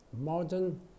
modern